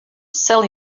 sell